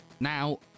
Now